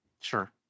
Sure